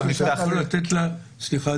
סליחה,